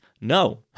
No